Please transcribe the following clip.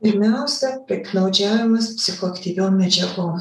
pirmiausia piktnaudžiavimas psichoaktyviom medžiagom